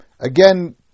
Again